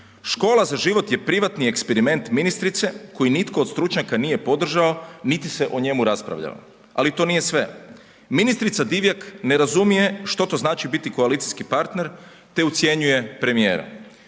„Škola za život je privatni eksperiment ministrice koji nitko od stručnjaka nije podržao niti se o njemu raspravljalo ali to nije sve. Ministrica Divjak ne razumije što to znači biti koalicijski partner te ucjenjuje premijera.